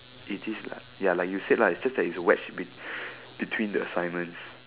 it is lah ya lah is like you said lah just that you wedge be~ between the assignments